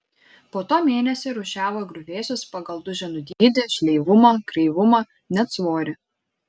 po to mėnesį rūšiavo griuvėsius pagal duženų dydį šleivumą kreivumą net svorį